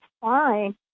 fine